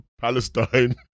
Palestine